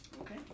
Okay